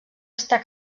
està